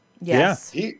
Yes